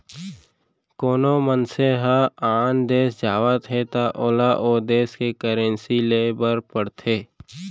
कोना मनसे ह आन देस जावत हे त ओला ओ देस के करेंसी लेय बर पड़थे